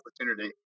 opportunity